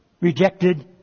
rejected